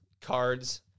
Cards